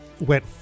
went